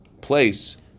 place